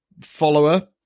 follower